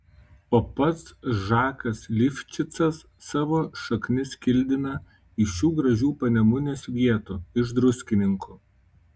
o pats žakas lifšicas savo šaknis kildina iš šių gražių panemunės vietų iš druskininkų